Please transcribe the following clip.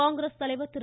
காங்கிரஸ் தலைவர் திரு